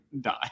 die